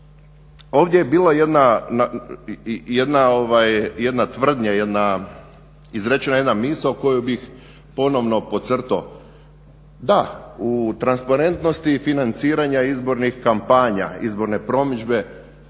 ovdje je bila jedna tvrdnja jedna izrečena misao koju bih ponovno podcrtao, da u transparentnosti i financiranja izbornih kampanja, izborne promidžbe